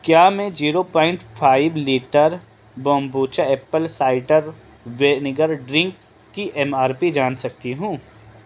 کیا میں zero point five litre kombucha apple cider vinegar drink کی ایم آر پی جان سکتی ہوں